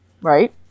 Right